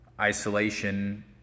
isolation